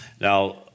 Now